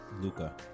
luca